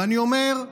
ואני אומר,